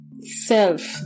self